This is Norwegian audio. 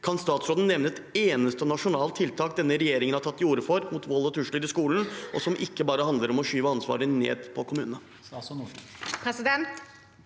kan statsråden nevne et eneste nasjonalt tiltak denne regjeringen har tatt til orde for mot vold og trusler i skolen, og som ikke bare handler om å skyve ansvaret ned på kommunene?